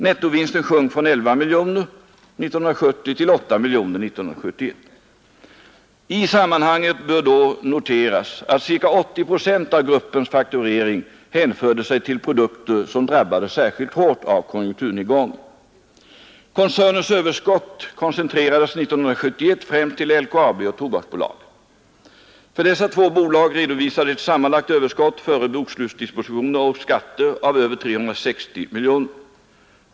Nettovinsten sjönk från 11 miljoner 1970 till 8 miljoner 1971. I sammanhanget bör då noteras att ca 80 procent av gruppens fakturering hänförde sig till produkter som drabbades särskilt hårt av konjunkturnedgången. Koncernens överskott koncentrerades 1971 främst till LKAB och Tobaksbolaget. För dessa två bolag redovisades ett sammanlagt överskott före bokslutsdispositioner och skatter av över 360 miljoner.